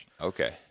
Okay